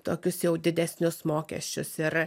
tokius jau didesnius mokesčius ir